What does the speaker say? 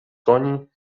koni